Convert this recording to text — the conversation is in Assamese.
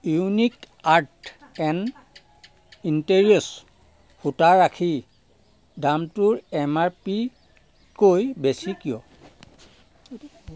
ইউনিক আৰ্ট এণ্ড ইণ্টেৰিওৰ্ছ সূতাৰ ৰাখীৰ দামটোৰ এম আৰ পিতকৈ বেছি কিয়